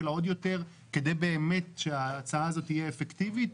עוד יותר כדי באמת שההצעה הזו תהיה אפקטיבית?